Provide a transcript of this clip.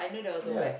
ya